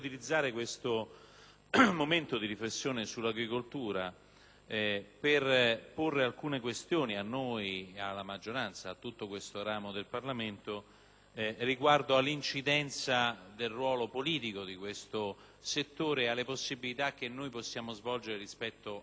momento di riflessione sull'agricoltura per porre all'attenzione alcune questioni a noi, alla maggioranza e a tutto questo ramo del Parlamento, riguardo all'incidenza del ruolo politico di questo settore a alle possibilità che abbiamo rispetto all'Unione europea.